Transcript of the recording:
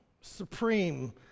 supreme